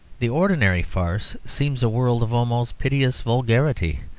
the ordinary farce seems a world of almost piteous vulgarity,